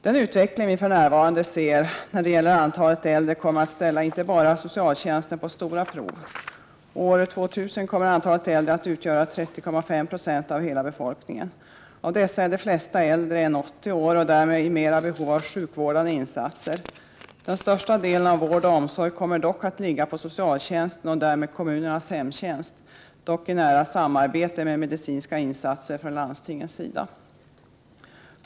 Den utveckling vi för närvarande ser när det gäller antalet äldre kommer att ställa inte bara socialtjänsten på stora prov. År 2000 kommer antalet äldre att utgöra 30,5 96 av hela befolkningen. Av dessa är de flesta äldre än 80 år och därmed i mera behov av sjukvårdande insatser. Den största delen av vård och omsorg kommer dock att ligga på socialtjänsten och därmed kommunernas hemtjänst, dock i nära samarbete med medicinska insatser från landstingens sida.